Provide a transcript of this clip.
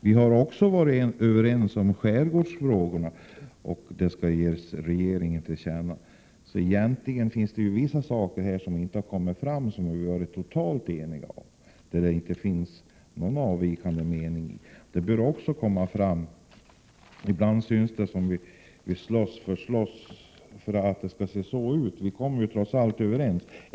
Vi har också varit överens om skärgårdsfrågorna och att vad vi därvid kommit fram till skall ges regeringen till känna. Det finns alltså, även om det hittills inte har framkommit här, vissa saker som vi har varit totalt eniga om och där det inte finns någon avvikande mening. Detta bör också komma fram. Ibland förefaller det som om vi slåss bara för syns skull. Vi kommer ju trots allt överens.